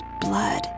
blood